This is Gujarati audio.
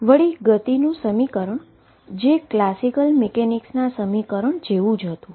વળી મોશનનું સમીકરણ જે ક્લાસિકલ સમીકરણ જેટલું હતું